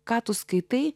ką tu skaitai